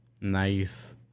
nice